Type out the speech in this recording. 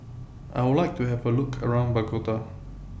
I Would like to Have A Look around Bogota